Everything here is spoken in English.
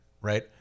Right